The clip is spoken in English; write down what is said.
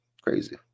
crazy